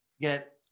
get